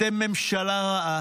אתם ממשלה רעה,